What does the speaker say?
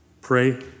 Pray